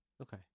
Okay